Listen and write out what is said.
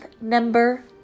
number